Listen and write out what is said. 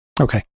Okay